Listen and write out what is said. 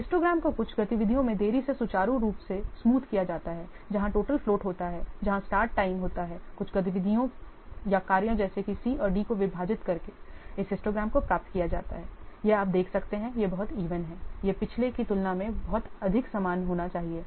histogram को कुछ गतिविधियों में देरी से सुचारू रूप से स्मूथ किया जाता है जहां टोटल फ्लोट होता है जहां स्टार्ट टाइम होता है और कुछ गतिविधियों या कार्यों जैसे कि C और D को विभाजित करके इस हिस्टोग्राम को प्राप्त किया जाता है यह आप देख सकते हैं यह बहुत इवन है यह पिछले की तुलना में बहुत अधिक समान होना चाहिए